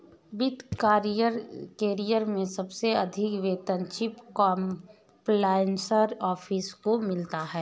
वित्त करियर में सबसे अधिक वेतन चीफ कंप्लायंस ऑफिसर को मिलता है